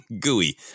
gooey